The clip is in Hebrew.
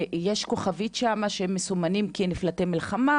יש איזו כוכבית שמסמנת אותם כנמלטי מלחמה?